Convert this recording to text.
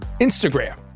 Instagram